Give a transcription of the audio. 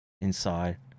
inside